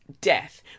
death